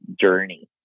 journey